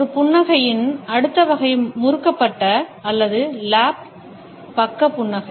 ஒரு புன்னகையின் அடுத்த வகை முறுக்கப்பட்ட அல்லது லாப் பக்க புன்னகை